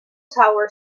tower